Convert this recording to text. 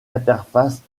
interface